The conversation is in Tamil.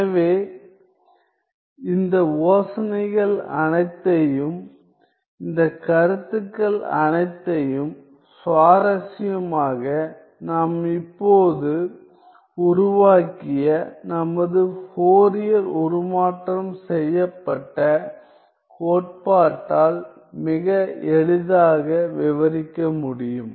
எனவே இந்த யோசனைகள் அனைத்தையும் இந்த கருத்துக்கள் அனைத்தையும் சுவாரஸ்யமாக நாம் இப்போது உருவாக்கிய நமது ஃபோரியர் உருமாற்றம் செய்யப்பட்ட கோட்பாட்டால் மிக எளிதாக விவரிக்க முடியும்